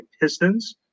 Pistons